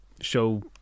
show